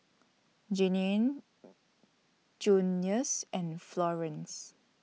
Jeannine Junius and Florene